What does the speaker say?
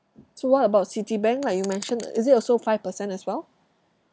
so what about citibank like you mentioned is it also five percent as well